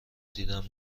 دیدم